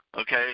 okay